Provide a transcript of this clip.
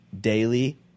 daily